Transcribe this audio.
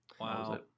Wow